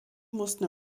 mussten